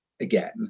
again